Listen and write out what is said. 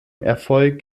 erfolg